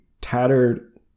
tattered